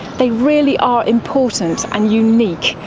they really are important, and unique,